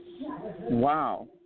Wow